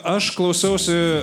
aš klausiausi